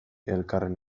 elkarren